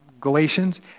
Galatians